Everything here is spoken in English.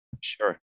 sure